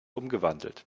umgewandelt